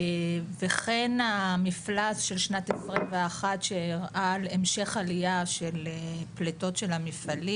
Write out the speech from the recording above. וכן המפלס של שנת 2021 שהראה על המשך עלייה של פלטות של המפעלים.